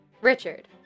Richard